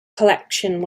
collection